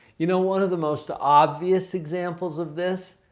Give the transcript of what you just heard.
you know, one of the most obvious examples of this?